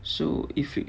so if you